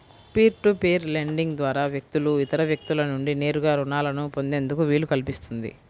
peer to peer lending ద్వారా వ్యక్తులు ఇతర వ్యక్తుల నుండి నేరుగా రుణాలను పొందేందుకు వీలు కల్పిస్తుంది